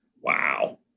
wow